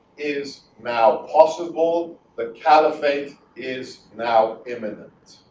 is now possible the caliphate is now imminent